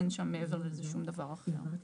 אין שם מעבר לזה שום דבר אחר.